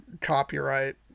copyright